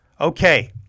Okay